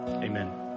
Amen